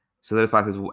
solidifies